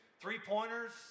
three-pointers